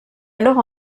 alors